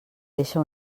deixa